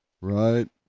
Right